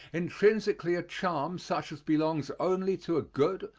intrinsically a charm such as belongs only to a good,